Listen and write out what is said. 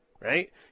right